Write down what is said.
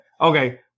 Okay